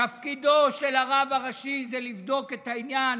תפקידו של הרב הראשי זה לבדוק את העניין